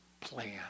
plan